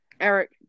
Eric